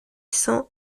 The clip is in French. cent